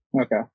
Okay